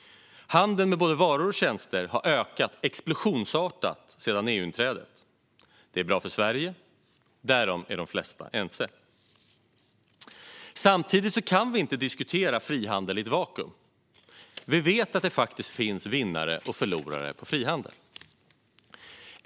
Handeln med både varor och tjänster har ökat explosionsartat sedan EU-inträdet. Det är bra för Sverige - därom är de flesta ense. Samtidigt kan vi inte diskutera frihandel i ett vakuum. Vi vet att det finns vinnare och förlorare i frihandeln.